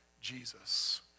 Jesus